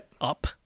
up